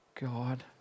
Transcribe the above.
God